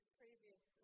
previous